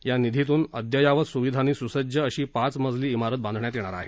या निधीतून अद्ययावत सुविधांनी सुसज्ज अशी पाच मजली इमारत बांधण्यात येणार आहे